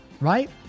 right